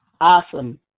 awesome